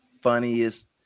funniest